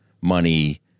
money